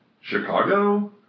Chicago